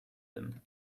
them